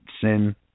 sin